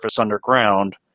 underground